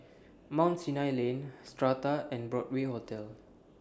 Mount Sinai Lane Strata and Broadway Hotel